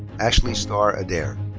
ashley star adair.